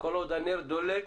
כל עוד הנר דולק